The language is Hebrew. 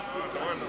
לא נתקבלה.